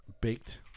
Baked